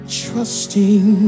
trusting